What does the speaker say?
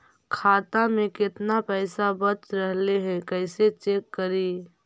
खाता में केतना पैसा बच रहले हे कैसे चेक करी?